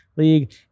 league